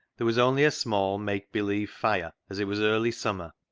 there was only a small, make-believe fire, as it was early summer,